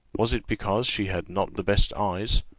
was it because she had not the best eyes,